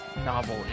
novel